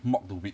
mock the week